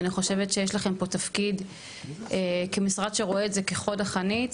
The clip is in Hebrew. אני חושבת שיש לכם פה תפקיד כמשרד שרואה את זה כחוד החנית,